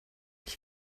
ich